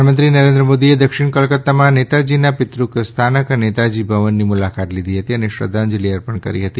પ્રધાનમંત્રી નરેન્દ્ર મોદીએ દક્ષિણ કોલકત્તામાં નેતાજીના પિતૃક સ્થાન નેતાજી ભવનની મુલાકાત લીધી હતી અને શ્રધ્ધાજંલિ અપર્ણ કરી હતી